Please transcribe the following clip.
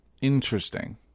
Interesting